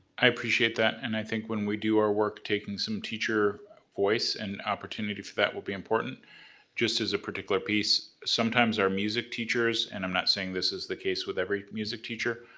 i appreciate that and i think when we do our work taking some teacher voice and opportunities for that will be important just as a particular piece. sometimes our music teachers, and i'm not saying this is the case with every music teacher,